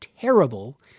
terrible